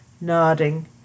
nodding